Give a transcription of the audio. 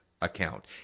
account